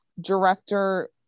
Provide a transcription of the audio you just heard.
director